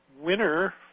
winner